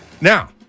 Now